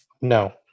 no